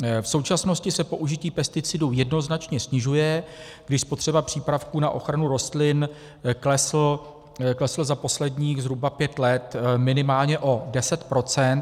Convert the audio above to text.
V současnosti se použití pesticidů jednoznačně snižuje, když spotřeba přípravků na ochranu rostlin klesla za posledních zhruba pět let minimálně o deset procent.